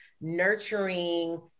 nurturing